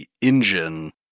engine